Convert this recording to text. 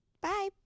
Bye